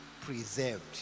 preserved